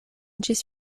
ĝis